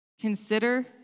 consider